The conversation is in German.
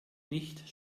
nicht